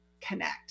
connect